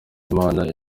imana